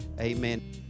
amen